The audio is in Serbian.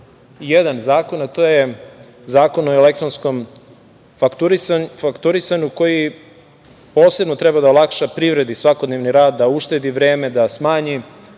jedan zakon, a to je Zakon o elektronskom fakturisanju koji posebno treba da olakša privredi svakodnevni rad, da uštedi vreme, da smanji